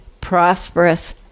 prosperous